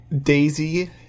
daisy